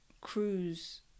cruise